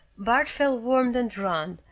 bart felt warmed and drawn,